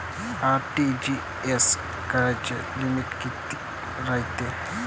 RTGS कराची limit कितीक रायते?